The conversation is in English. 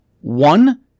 One